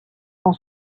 dans